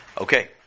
Okay